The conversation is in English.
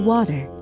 Water